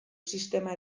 sistema